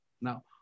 Now